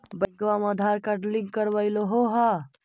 बैंकवा मे Aadhaar card link करवैलहो है?